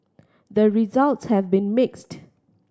the results have been mixed